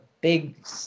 big